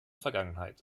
vergangenheit